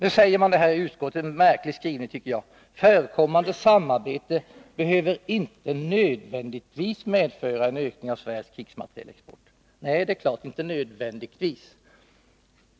Utskottet skriver — en märklig skrivning, tycker jag: ”Förekommande samarbete behöver inte nödvändigtvis medföra en ökning av Sveriges krigsmaterielexport.” Nej, det är klart — inte ”nödvändigtvis”.